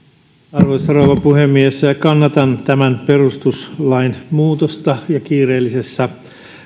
arvoisa rouva puhemies kannatan tämän perustuslain muutosta ja kiireellisessä